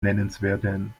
nennenswerten